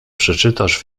przeczytasz